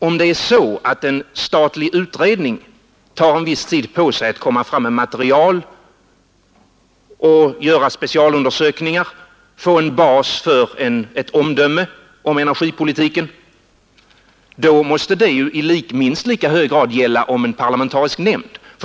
Om det är så att en statlig utredning tar en viss tid på sig att komma fram med material, göra specialundersökningar och få en bas för ett omdöme om energipolitiken, då måste det i minst lika hög grad gälla om en parlamentarisk nämnd.